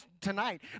tonight